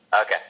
Okay